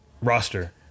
roster